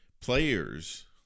players